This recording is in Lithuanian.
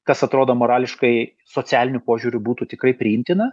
kas atrodo morališkai socialiniu požiūriu būtų tikrai priimtina